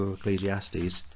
Ecclesiastes